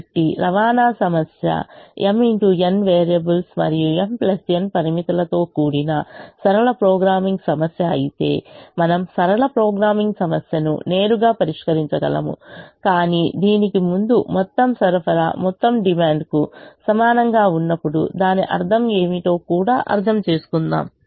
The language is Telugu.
కాబట్టి రవాణా సమస్య వేరియబుల్స్ మరియు m n పరిమితులతో కూడిన సరళ ప్రోగ్రామింగ్ సమస్య అయితే మనము సరళ ప్రోగ్రామింగ్ సమస్యను నేరుగా పరిష్కరించగలము కాని దీనికి ముందు మొత్తం సరఫరా మొత్తం డిమాండ్ కు సమానంగా ఉన్నప్పుడు దాని అర్థం ఏమిటో కూడా అర్థం చేసుకుందాం